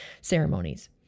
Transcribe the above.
ceremonies